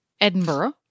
Edinburgh